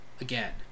again